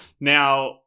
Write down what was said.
Now